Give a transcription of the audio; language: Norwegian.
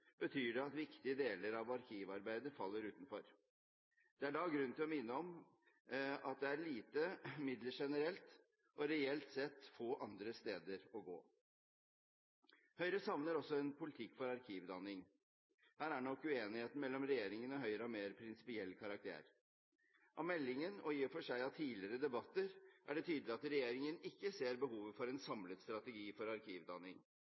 betyr det at viktige deler av arkivarbeidet faller utenfor. Det er da grunn til å minne om at det er lite midler generelt og reelt sett få andre steder å gå. Høyre savner også en politikk for arkivdanning. Her er nok uenigheten mellom regjeringen og Høyre av mer prinsipiell karakter. Av meldingen, og i og for seg av tidligere debatter, er det tydelig at regjeringen ikke ser behovet for en samlet strategi for